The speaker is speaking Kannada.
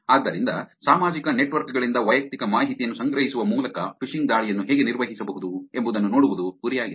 ಆದ್ದರಿಂದ ಸಾಮಾಜಿಕ ನೆಟ್ವರ್ಕ್ ಗಳಿಂದ ವೈಯಕ್ತಿಕ ಮಾಹಿತಿಯನ್ನು ಸಂಗ್ರಹಿಸುವ ಮೂಲಕ ಫಿಶಿಂಗ್ ದಾಳಿಯನ್ನು ಹೇಗೆ ನಿರ್ವಹಿಸಬಹುದು ಎಂಬುದನ್ನು ನೋಡುವುದು ಗುರಿಯಾಗಿದೆ